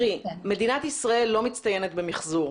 מדינת ישראל לא מצטיינת במיחזור.